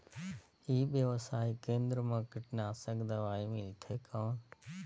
ई व्यवसाय केंद्र मा कीटनाशक दवाई मिलथे कौन?